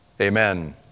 Amen